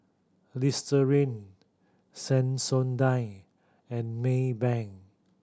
Listerine Sensodyne and Maybank